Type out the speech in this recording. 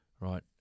right